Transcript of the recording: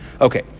Okay